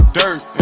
dirt